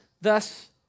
thus